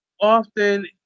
Often